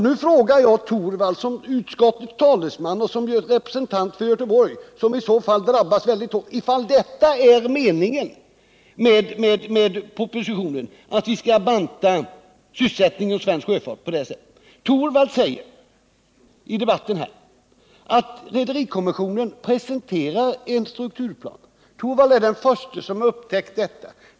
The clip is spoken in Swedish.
Nu frågar jag Rune Torwald i hans egenskap av utskottets talesman och representant för Göteborg, som i så fall drabbas hårt, om meningen med propositionen är att vi på detta sätt skall banta sysselsättningen inom svensk sjöfart. Rune Torwald säger i debatten här att rederikommissionen presenterar en strukturplan. Han är den förste som har upptäckt detta.